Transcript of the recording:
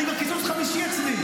אני כבר הקיצוץ החמישי אצלי?